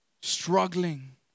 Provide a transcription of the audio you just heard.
struggling